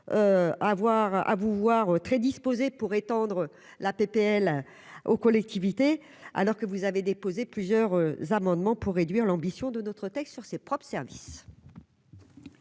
à vous voir très disposé pour étendre la PPL aux collectivités, alors que vous avez déposé plusieurs amendements pour réduire l'ambition de notre texte sur ses propres services.